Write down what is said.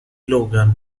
logan